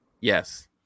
Yes